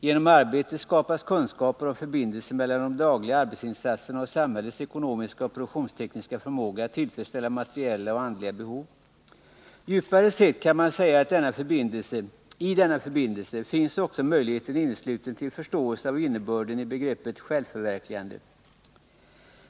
Genom arbetet skapas kunskaper om förbindelsen mellan de dagliga arbetsinsatserna och samhällets ekonomiska och produktionstekniska förmåga att tillfredsställa materiella och andliga behov. Djupare sett kan man säga att i denna förbindelse finns också möjligheten innesluten till förståelse av innebörden i begreppet självförverkligande.